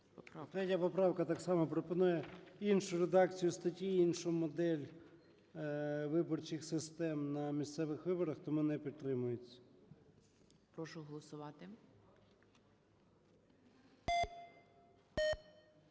4003 поправка так само пропонує іншу редакцію статті, іншу модель виборчих систем на місцевих виборах, тому не підтримується. ГОЛОВУЮЧИЙ. Прошу голосувати.